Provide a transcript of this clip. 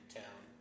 town